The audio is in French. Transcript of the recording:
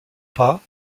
pas